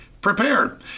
prepared